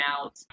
out